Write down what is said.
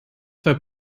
war